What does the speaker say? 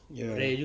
ya